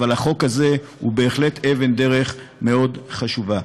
אבל החוק הזה הוא בהחלט אבן דרך מאוד חשובה.